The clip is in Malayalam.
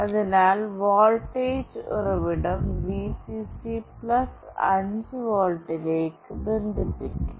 അതിനാൽ വോൾട്ടേജ് ഉറവിടം Vcc 5 വോൾട്ടിലേക്ക് ബന്ധിപ്പിക്കും